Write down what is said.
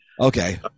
Okay